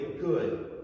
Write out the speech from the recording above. good